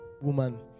woman